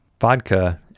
vodka